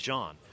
John